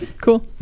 Cool